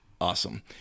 Awesome